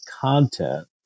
content